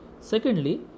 Secondly